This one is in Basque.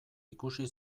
ikusi